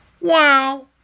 Wow